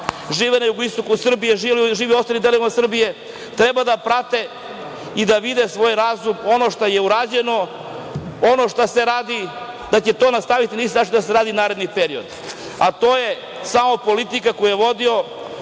žive na jugoistoku Srbije, žive u ostalim delovima Srbije, treba da prate i da vide svoj razum ono što je urađeno, ono što se radi, da će to nastaviti na isti način da se radi i u narednom periodu. A to je samo politika koju je vodi